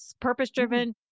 purpose-driven